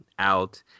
Out